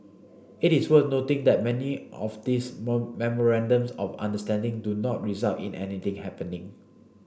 it is worth noting that many of these memorandums of understanding do not result in anything happening